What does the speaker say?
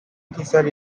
features